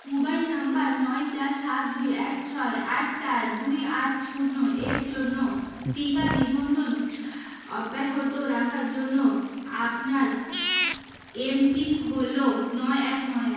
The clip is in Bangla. মোবাইল নম্বর নয় চার সাত দুই এক ছয় আট চার দুই আট শূন্য এর জন্য টিকা নিবন্ধন অব্যাহত রাখার জন্য আপনার এমপিন হল নয় এক নয় এক